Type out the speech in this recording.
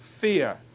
fear